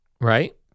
right